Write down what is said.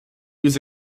use